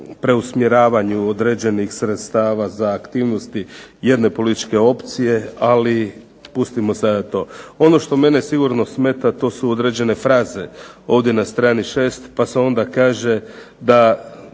preusmjeravanju određenih sredstava za aktivnosti jedne političke opcije. Ali pustimo sada to. Ono što mene sigurno smeta to su određene fraze ovdje na strani 6. pa se onda kaže da